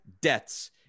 debts